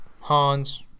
Hans